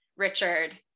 Richard